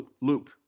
loop